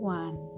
one